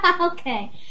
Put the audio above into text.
Okay